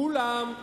כולם.